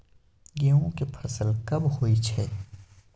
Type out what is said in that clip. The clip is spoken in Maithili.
गेहूं के फसल कब होय छै?